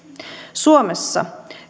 suomessa